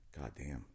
goddamn